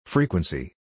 Frequency